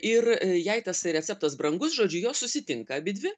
ir jai tas receptas brangus žodžiu jo susitinka abidvi